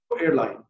airline